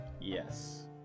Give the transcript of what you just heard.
yes